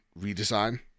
redesign